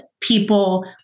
people